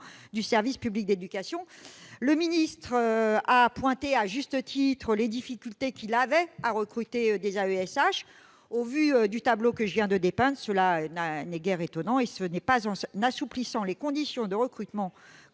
du service public d'éducation. Le ministre de l'éducation nationale a pointé, à juste titre, les difficultés qu'il avait à recruter des AESH. Au vu du tableau que je viens de dépeindre, cela n'est guère étonnant ; et ce n'est pas en assouplissant les conditions de recrutement,